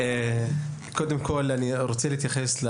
אני רוצה לקשור את